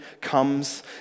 comes